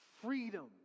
freedom